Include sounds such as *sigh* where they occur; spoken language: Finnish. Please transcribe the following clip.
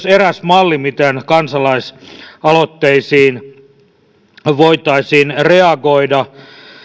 *unintelligible* eräs malli miten kansalaisaloitteisiin voitaisiin reagoida